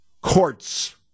courts